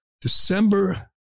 December